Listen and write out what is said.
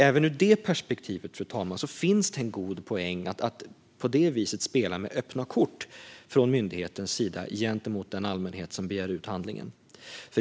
Även ur detta perspektiv finns det en god poäng att på detta vis spela med öppna kort från myndighetens sida gentemot den allmänhet som begär ut handlingarna.